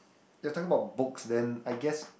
you're talking about books then I guess